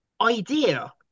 idea